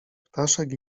ptaszek